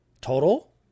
Total